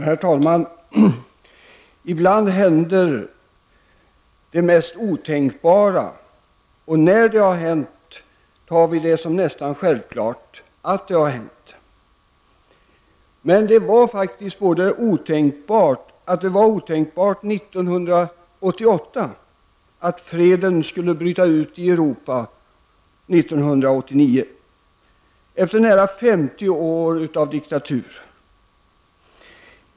Herr talman! Ibland händer det mest otänkbara, och när det har hänt tar vi det som nästan självklart att det har hänt. Men det var faktiskt otänkbart 1988 att freden skulle bryta ut i Europa 1989, efter nära 50 år av diktatur.